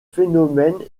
phénomène